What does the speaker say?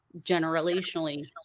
generationally